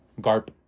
Garp